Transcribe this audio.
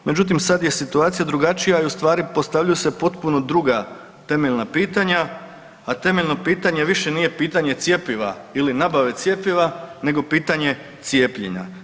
Međutim, sad je situacija drugačija i u stvari postavljaju se potpuno druga temeljna pitanja, a temeljno pitanje više nije pitanje cjepiva ili nabave cjepiva nego pitanje cijepljenja.